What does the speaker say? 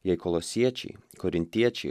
jei kolosiečiai korintiečiai